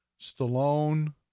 Stallone—